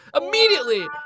immediately